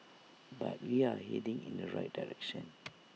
but we are heading in the right direction